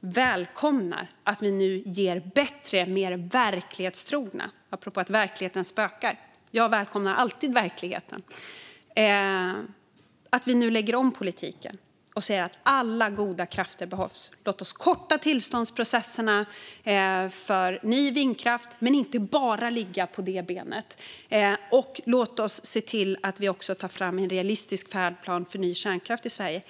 välkomnar de att vi lägger om politiken, blir mer verklighetstrogna och säger att alla goda krafter behövs. Låt oss korta tillståndsprocesserna för ny vindkraft, men låt oss också se till att ta fram en realistisk färdplan för ny kärnkraft i Sverige.